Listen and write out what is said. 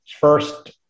first